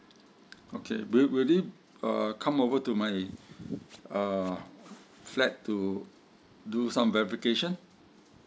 okay will will it uh come over to my uh flat to do some verification